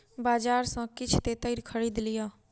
बजार सॅ किछ तेतैर खरीद लिअ